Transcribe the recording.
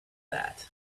that